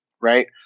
right